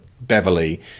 Beverly